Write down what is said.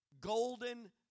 golden